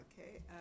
Okay